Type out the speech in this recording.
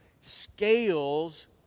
Scales